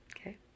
Okay